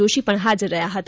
જોષી પણ હાજર રહ્યા હતા